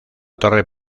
torre